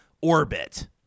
Orbit